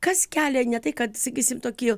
kas kelia ne tai kad sakysim tokį